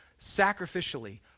sacrificially